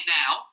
now